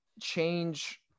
change